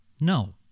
No